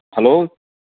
hello